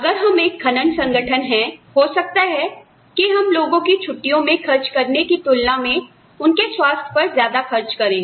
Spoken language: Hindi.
अगर हम एक खनन संगठन हैं हो सकता है कि हम लोगों की छुट्टियों में खर्च करने की तुलना में उनके स्वास्थ्य पर ज्यादा खर्च करें